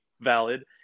valid